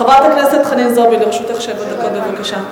חברת הכנסת חנין זועבי, לרשותך שבע דקות, בבקשה.